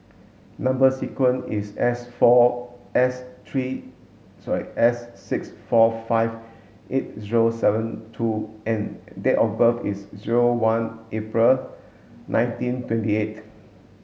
number sequence is S four S three sorry S six four five eight zero seven two N and date of birth is zero one April nineteen twenty eight